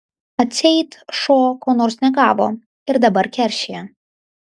atseit šuo ko nors negavo ir dabar keršija